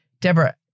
Deborah